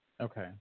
Okay